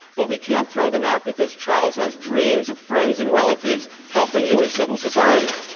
but we can't throw them out because charles has dreams of friends and relatives helping you in civil society.